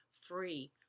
free